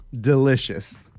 Delicious